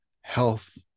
health